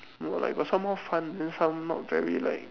no like got some more fun then some not very like